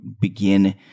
begin